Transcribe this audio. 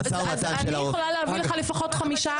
אז אני יכולה להביא לך לפחות חמישה